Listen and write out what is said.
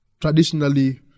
traditionally